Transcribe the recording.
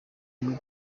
muri